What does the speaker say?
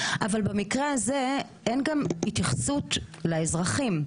אבל במקרה הזה אין גם התייחסות לאזרחים.